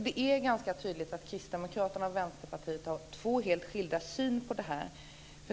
Det är ganska tydligt att Kristdemokraterna och Vänsterpartiet har två helt skilda syner på detta.